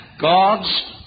God's